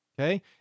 Okay